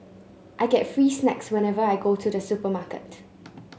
I get free snacks whenever I go to the supermarket